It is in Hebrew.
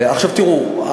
תראו,